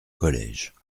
collèges